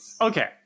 okay